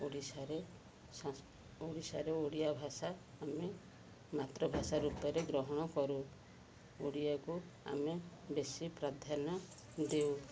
ଓଡ଼ିଶାରେ ଓଡ଼ିଶାରେ ଓଡ଼ିଆ ଭାଷା ଆମେ ମାତୃଭାଷା ରୂପରେ ଗ୍ରହଣ କରୁ ଓଡ଼ିଆକୁ ଆମେ ବେଶୀ ପ୍ରାଧାନ୍ୟ ଦଉ